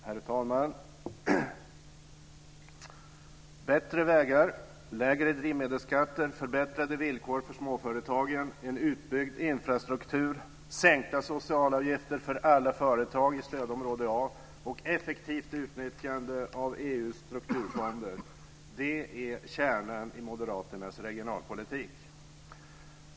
Herr talman! Bättre vägar, lägre drivmedelsskatter, förbättrade villkor för småföretagen, en utbyggd infrastruktur, sänkta socialavgifter för alla företag i stödområde A och effektivt utnyttjande av EU:s strukturfonder - det är kärnan i moderaternas regionalpolitik.